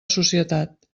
societat